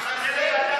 אני מחכה לוועדת האתיקה.